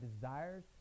desires